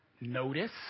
notice